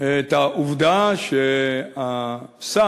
את העובדה שהשר